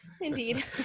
Indeed